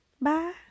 bye